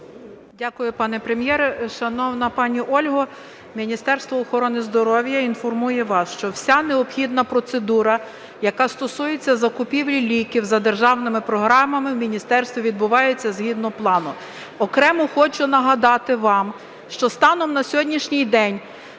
Дякую, пане Прем'єр. Шановна пані Ольго, Міністерство охорони здоров'я інформує вас, що вся необхідна процедура, яка стосується закупівлі ліків за державними програмами, в міністерстві відбувається згідно плану. Окремо хочу нагадати вам, що станом на сьогоднішній день